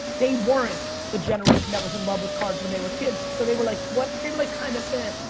they weren't the generation that was in love with cards when they were kids. so they were like what? they were like kind of ah!